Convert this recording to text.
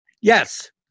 yes